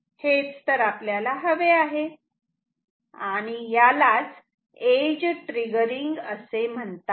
हेच तर आपल्याला हवे आहे आणि यालाच एज ट्रिगरिंग असे म्हणतात